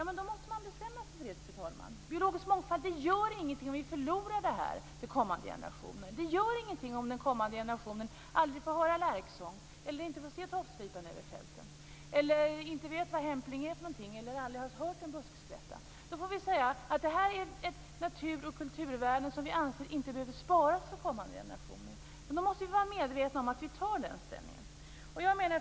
Men då måste man bestämma sig för, fru talman, att det inte gör något om vi förlorar den biologiska mångfalden för kommande generationer. Det gör ingenting om den kommande generationen aldrig får höra lärksång, inte får se tofsvipan över fälten, inte vet vad hämpling är för något eller aldrig har hört en buskspätta. Då får vi säga att det är natur och kulturvärden som inte behöver sparas för kommande generationer. Då måste vi vara medvetna om att vi tar den ställningen. Fru talman!